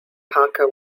parker